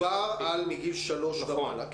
פה דובר על מגיל שלוש ומעלה.